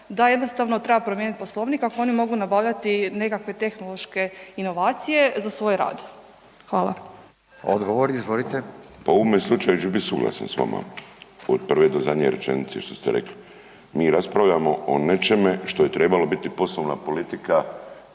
da jednostavno treba promijeniti poslovnik, ako oni mogu nabavljati nekakve tehnološke inovacije za svoj rad. Hvala. **Radin, Furio (Nezavisni)** Odgovor, izvolite. **Bulj, Miro (MOST)** Pa u ovome slučaju … suglasan s vama od prve zadnje rečenice što ste rekli. Mi raspravljamo o nečeme što je trebalo biti poslovna politika